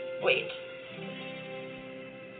Wait